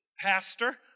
Pastor